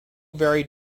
varied